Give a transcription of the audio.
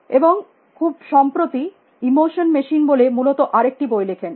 এবং খুব সম্প্রতি ইমোশন মেশিন বলে মূলত আরেকটি বই লেখেন